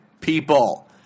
people